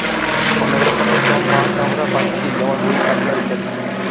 অনেক রকমের সব মাছ আমরা পাচ্ছি যেমন রুই, কাতলা ইত্যাদি